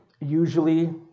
usually